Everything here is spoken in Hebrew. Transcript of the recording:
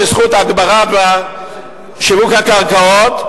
בזכות ההגברה בשיווק הקרקעות,